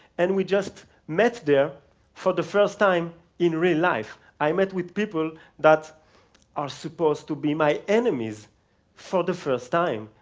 and we just met there for the first time in real life. i met with people that are supposed to be my enemies for the first time.